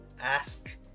ask